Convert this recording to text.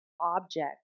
object